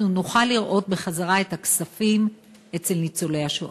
אנחנו נוכל לראות בחזרה את הכספים אצל ניצולי השואה.